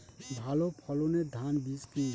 ভালো ফলনের ধান বীজ কি?